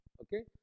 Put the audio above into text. Okay